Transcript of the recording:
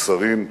השרים,